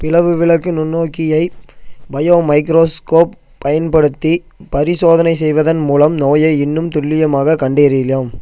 பிளவு விளக்கு நுண்ணோக்கியைப் பயோமைக்ரோஸ்கோப் பயன்படுத்தி பரிசோதனை செய்வதன் மூலம் நோயை இன்னும் துல்லியமாகக் கண்டறியலாம்